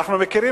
אנחנו מכירים,